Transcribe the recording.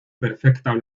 perfecta